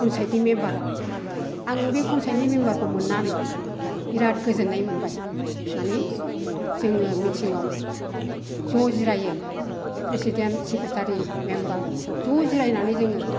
पन्सायतनि मेमबाराव आङो बे पन्सायतनि मेम्बारखौ मोननानै बिराद गोजोननाय मोनबाय माने जोङो मिथिंआव ज' जिरायो प्रेसिडेन्त सेक्रेटारि मेम्बार ज' जिरायनानै जोङो